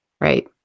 Right